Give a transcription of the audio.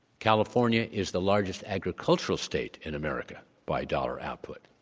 california is the largest agricultural state in america by dollar output.